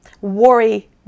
worry